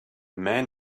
man